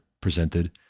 presented